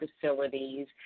facilities